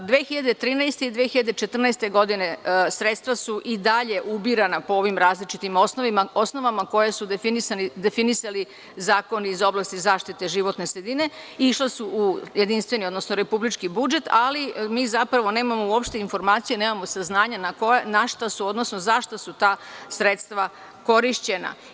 Godine 2013. i 2014. sredstva su i dalje ubirana po ovim različitim osnovama koja su definisali zakoni iz oblasti zaštite životne sredine, išla su u jedinstveni odnosno republički budžet, ali mi zapravo uopšte nemamo informacije i saznanja na šta su odnosno za šta su ta sredstva korišćena.